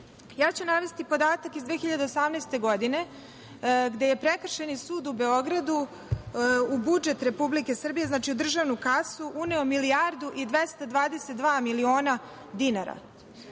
suda. Navešću podatak iz 2018. godine, gde je Prekršajni sud u Beogradu u budžet Republike Srbije, znači u državnu kasu uneo milijardu i 222 miliona dinarPlate